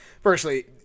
firstly